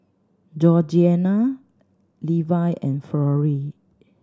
Georgianna Levi and Florrie